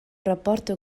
rapporto